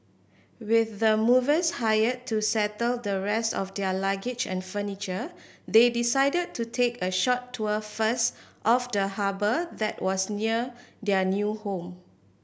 with the movers hired to settle the rest of their luggage and furniture they decided to take a short tour first of the harbour that was near their new home